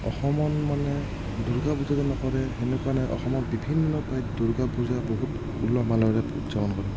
অসমত মানে দুৰ্গা পূজা যে নকৰে সেনেকুৱা নাই অসমত বিভিন্ন ঠাইত দুৰ্গা পূজা বহুত উলহ মালহেৰে উদযাপন কৰে